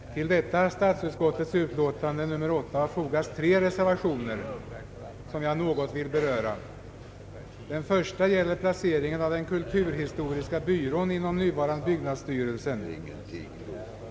Herr talman! Till detta statsutskottets utlåtande nr 108 har fogats tre reservationer som jag något vill beröra. Den första gäller placeringen av kulturhistoriska byrån inom nuvarande byggnadsstyrelsen.